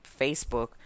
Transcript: Facebook